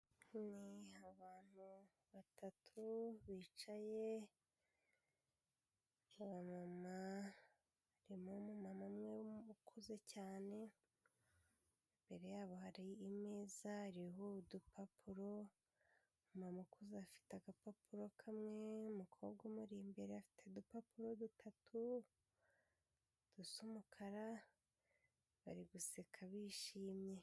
Abantu batatu bicaye, harimo umumama umwe ukuze cyane, imbere yabo hari imeza iriho udupapuro, umumama ukuze afite agapapuro kamwe, umukobwa umwe ari imbere afite udupapuro dutatu dusa umukara bari guseka bishimye.